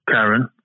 Karen